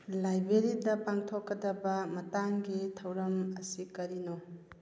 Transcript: ꯂꯥꯏꯕꯦꯔꯤꯗ ꯄꯥꯡꯊꯣꯛꯀꯗꯕ ꯃꯇꯥꯡꯒꯤ ꯊꯧꯔꯝ ꯑꯁꯤ ꯀꯔꯤꯅꯣ